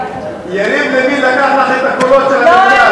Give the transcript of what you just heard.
יריב לוין לקח לךְ את הקולות של המרכז.